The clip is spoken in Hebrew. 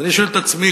אז אני שואל את עצמי,